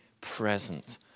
present